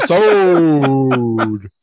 episode